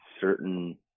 certain